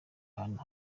ahantu